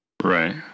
Right